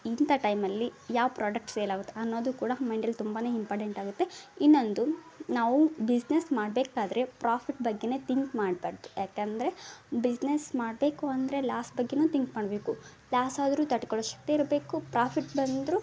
ಇಂಥ ಟೈಮಲ್ಲಿ ಯಾವ ಪ್ರೊಡಕ್ಟ್ ಸೇಲಾಗುತ್ತೆ ಅನ್ನೋದು ಕೂಡ ಮೈಂಡಲ್ಲಿ ತುಂಬಾ ಇಂಪಾರ್ಟೆಂಟ್ ಆಗುತ್ತೆ ಇನ್ನೊಂದು ನಾವು ಬಿಸ್ನೆಸ್ ಮಾಡಬೇಕಾದ್ರೆ ಪ್ರಾಫಿಟ್ ಬಗ್ಗೆನೆ ತಿಂಕ್ ಮಾಡಬಾರ್ದು ಯಾಕಂದರೆ ಬಿಸ್ನೆಸ್ ಮಾಡಬೇಕು ಅಂದರೆ ಲಾಸ್ ಬಗ್ಗೆಯೂ ತಿಂಕ್ ಮಾಡಬೇಕು ಲಾಸ್ ಆದರೂ ತಡ್ಕೊಳ್ಳೋ ಶಕ್ತಿ ಇರಬೇಕು ಪ್ರಾಫಿಟ್ ಬಂದರೂ